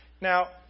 Now